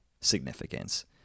significance